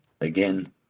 again